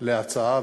על הצעה,